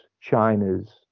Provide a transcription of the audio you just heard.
China's